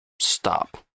stop